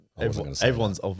Everyone's